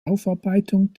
aufarbeitung